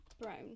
brown